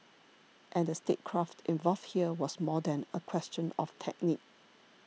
and the statecraft involved here was more than a question of technique